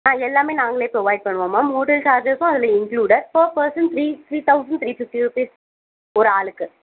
ஆ எல்லாம் நாங்கள் ப்ரொவைட் பண்ணுவோம் மேம் ஹோட்டல் சார்ஜஸும் அதில் included four percent three three thousand three fifty rupees ஒரு ஆளுக்கு